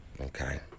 Okay